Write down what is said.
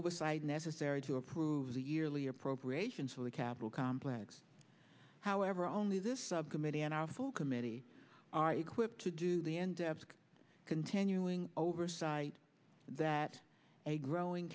oversight necessary to approve the yearly appropriations for the capitol complex however only this subcommittee and our full committee are equipped to do the and continuing oversight that a growing